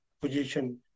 position